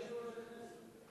סגן יושב-ראש הכנסת.